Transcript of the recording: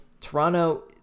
Toronto